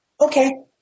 Okay